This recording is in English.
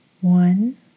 One